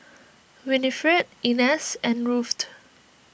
Winifred Inez and Ruthe